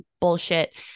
bullshit